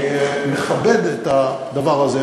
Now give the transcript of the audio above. אני מכבד את הדבר הזה,